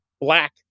black